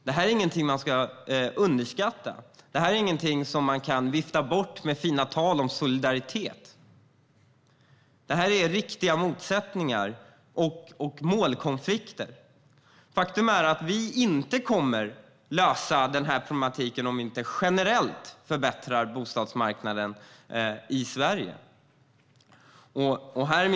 Det här är ingenting man ska underskatta. Det här är ingenting man kan vifta bort med fina tal om solidaritet. Det här är riktiga motsättningar och målkonflikter. Faktum är att vi inte kommer att lösa den här problematiken om vi inte förbättrar bostadsmarknaden generellt i Sverige.